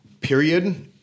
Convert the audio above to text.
period